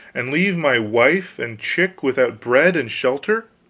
and leave my wife and chick without bread and shelter?